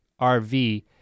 RV